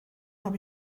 habe